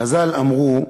חז"ל אמרו: